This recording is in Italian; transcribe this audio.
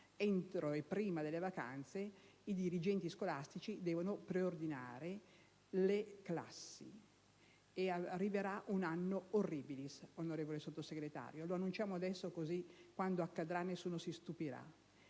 anno, ma prima delle vacanze i dirigenti scolastici devono preordinare le classi. Arriverà un *annus horribilis*, onorevole Sottosegretario (lo annunciamo adesso, così quando accadrà nessuno si stupirà),